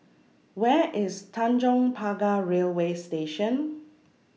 Where IS Tanjong Pagar Railway Station